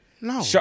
No